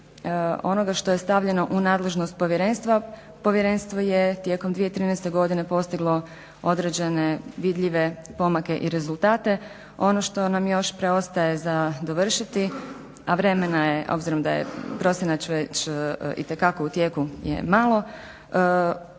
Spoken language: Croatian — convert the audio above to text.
onoga što je stavljeno u nadležnost povjerenstva, povjerenstvo je tijekom 2013. godine postiglo određene vidljive pomake i rezultate, ono što nam još preostaje za dovršiti, a vremena je obzirom da je prosinac već itekako u tijeku je malo,